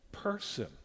person